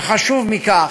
וחשוב מכך,